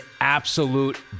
absolute